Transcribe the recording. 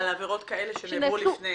על עבירות כאלה, שנעברו לפני.